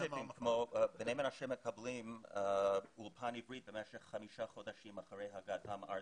בני מנשה מקבלים אולפן עברית במשך חמישה חודשים אחרי הגעתם ארצה.